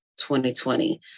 2020